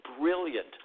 brilliant